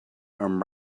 and